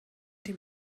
dem